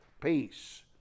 peace